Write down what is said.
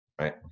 right